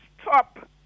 stop